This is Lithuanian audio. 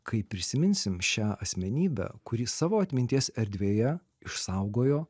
kaip prisiminsim šią asmenybę kuri savo atminties erdvėje išsaugojo